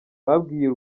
babwiye